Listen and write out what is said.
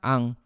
Ang